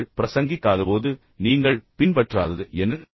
நீங்கள் பிரசங்கிக்காதபோது நீங்கள் பின்பற்றாதது என்ன